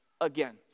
again